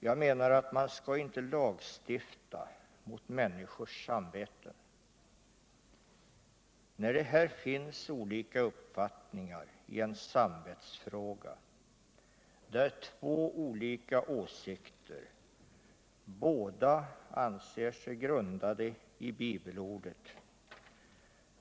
Jag menar att man inte skall lagstifta mot människors samvete. När det här finns olika uppfattningar ien samvetsfråga, där två olika åsikter båda anser sig grundade i bibelordet.